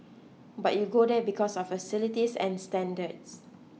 but you go there because of facilities and standards